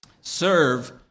Serve